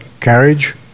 carriage